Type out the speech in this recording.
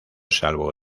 salvo